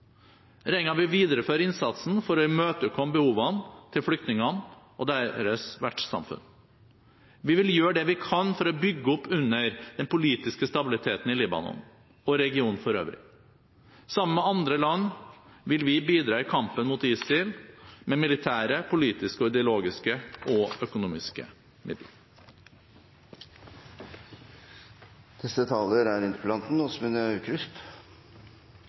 Regjeringen vil videreføre innsatsen for å imøtekomme behovene til flyktningene og deres vertssamfunn. Vi vil gjøre det vi kan for å bygge opp under den politiske stabiliteten i Libanon og regionen for øvrig. Sammen med andre land vil vi bidra i kampen mot ISIL med militære, politiske, ideologiske og økonomiske